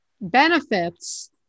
benefits